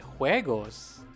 Juegos